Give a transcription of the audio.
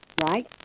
right